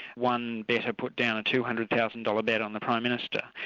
one bettor put down a two hundred thousand dollars bet on the prime minister,